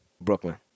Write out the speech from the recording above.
Brooklyn